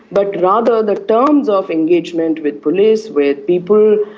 but rather the terms of engagement with police, with people,